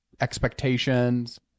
Expectations